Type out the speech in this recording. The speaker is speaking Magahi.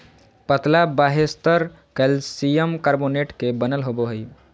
पतला बाह्यस्तर कैलसियम कार्बोनेट के बनल होबो हइ